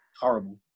Horrible